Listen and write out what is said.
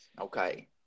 Okay